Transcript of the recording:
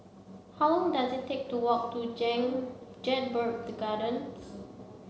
how long does it take to walk to Jedburgh the Gardens